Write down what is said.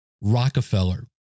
Rockefeller